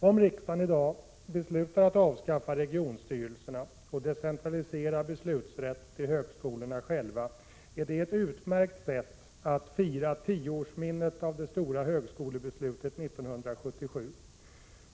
Om riksdagen i dag beslutar att avskaffa regionstyrelserna och decentralisera beslutsrätten till högskolorna själva, är det ett utmärkt sätt att fira tioårsminnet av det stora högskolebeslutet 1977.